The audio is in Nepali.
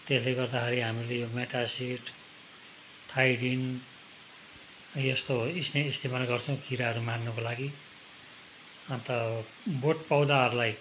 त्यसले गर्दाखेरि हामीले यो मेटासिट थाइडिन यस्तो हो यस्तो चाहिँ इस्तेमाल गर्छौँ किराहरू मार्नको लागि अन्त अब बोट पौधाहरूलाई